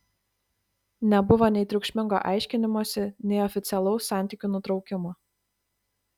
nebuvo nei triukšmingo aiškinimosi nei oficialaus santykių nutraukimo